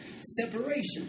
separation